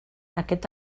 aquest